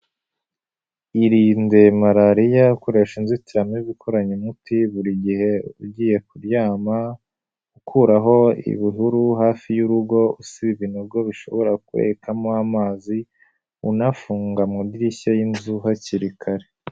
Irinde malariya ukoresha inzitiramibu ikoranye umuti buri gihe ugiye kuryama, ukuraho ibihuru hafi y'urugo, usiba ibinogo bishobora kurekamo amazi, unafunga amadirishya y'inzu hakiri kare.